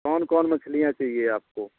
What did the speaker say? कौन कौन मछलियाँ चाहिए आपको